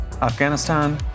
Afghanistan